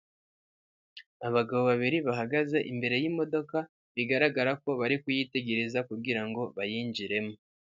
Abagabo babiri bahagaze imbere y'imodoka, bigaragara ko bari kuyitegereza kugirango bayinjiremo.